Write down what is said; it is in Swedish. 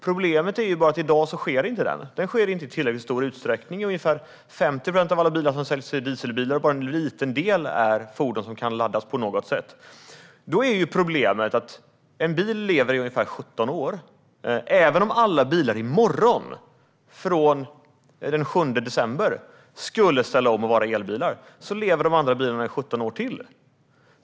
Problemet är ju bara att den inte sker i dag i tillräckligt stor utsträckning. Ungefär 50 procent av alla bilar som säljs är dieselbilar, och bara en liten del är fordon som kan laddas på något sätt. Ett problem är att en bil lever i ungefär 17 år. Även om man ställde om så att alla nya bilar vore elbilar från och med i morgon, den 7 december, skulle de andra bilarna leva i 17 år till.